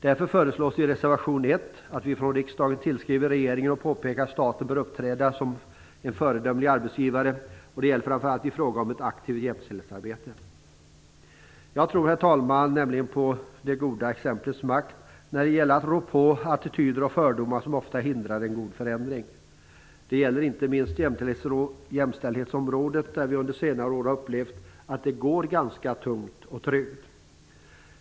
Därför föreslås i reservation 1 att riksdagen tillskriver regeringen och påpekar att staten bör uppträda som en föredömlig arbetsgivare, framför allt i fråga om ett aktivt jämställdhetsarbete. Herr talman! Jag tror på det goda exemplets makt när det gäller att rå på attityder och fördomar som ofta hindrar en god förändring. Det gäller inte minst på jämställdhetsområdet, där vi under senare år har upplevt att det går ganska tungt och trögt.